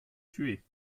tuée